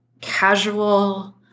casual